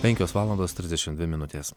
penkios valandos trisdešim dvi minutės